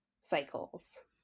cycles